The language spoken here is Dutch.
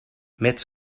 met